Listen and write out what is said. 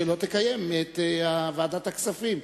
שלא תקיים את ישיבת ועדת הכספים.